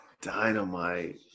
dynamite